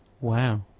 Wow